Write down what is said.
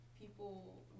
people